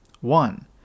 One